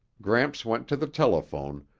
gramps went to the telephone,